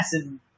massive